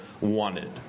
wanted